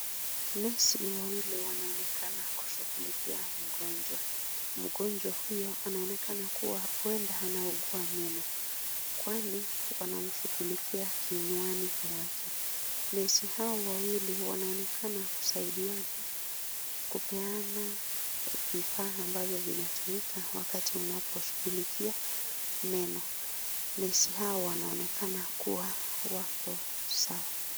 Nesi wawili wanaonekana kushughulikia mgonjwa. Mgonjwa huyo anaonekana kuwa huenda anaugua meno kwani wanamshughulikia kinywani mwake. Nesi hao wawili wanaonekana kusaidiana kupeana vifaa ambavyo vinatumika wakati unaposhughulikia meno. Nesi hao wanaonekana kuwa wako sawa.